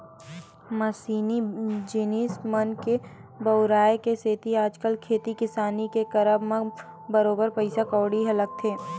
मसीनी जिनिस मन के बउराय के सेती आजकल खेती किसानी के करब म बरोबर पइसा कउड़ी ह लगथे